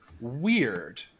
weird